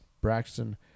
Braxton